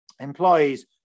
Employees